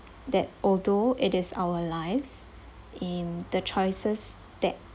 that although it is our lives in the choices that